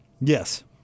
Yes